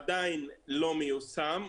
עדיין לא מיושם,